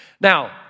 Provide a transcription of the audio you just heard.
Now